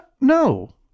no